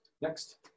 next